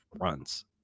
runs